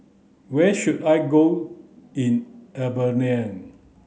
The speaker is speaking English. where should I go in Albania